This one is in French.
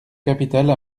capitale